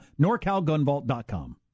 NorCalGunVault.com